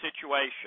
situation